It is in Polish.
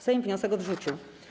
Sejm wniosek odrzucił.